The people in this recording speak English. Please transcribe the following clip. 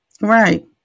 Right